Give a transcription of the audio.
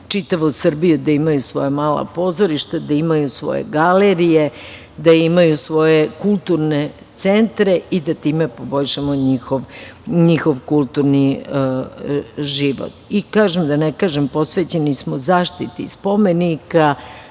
čitavu Srbiju da imaju svoja mala pozorišta, da imaju svoje galerije, da imaju svoje kulturne centre i da time poboljšamo njihov kulturni život. Kažem, posvećeni smo zaštiti spomenika